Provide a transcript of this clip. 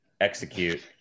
execute